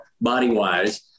body-wise